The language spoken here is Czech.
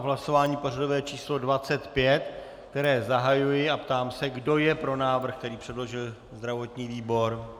Hlasování pořadové číslo 25, které zahajuji, a ptám se, kdo je pro návrh, který předložil zdravotní výbor.